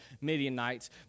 Midianites